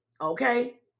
Okay